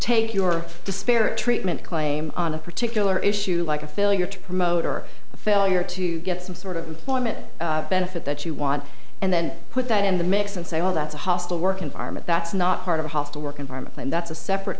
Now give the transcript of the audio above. take your disparate treatment claim on a particular issue like a failure to promote or failure to get some sort of employment benefit that you want and then put that in the mix and say well that's a hostile work environment that's not part of a hostile work environment and that's a separate